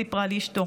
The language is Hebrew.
סיפרה לי אשתו.